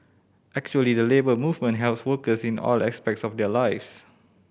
actually the Labour Movement helps workers in all aspects of their lives